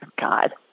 God